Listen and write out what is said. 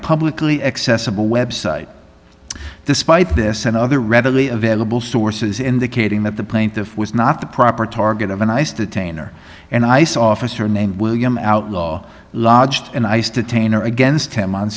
publicly accessible website despite this and other readily available sources indicate ing that the plaintiff was not the proper target of an ice detainer and i saw officer named william outlaw lodged in ice detainer against him on